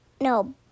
No